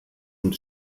mit